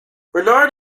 bernard